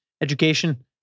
education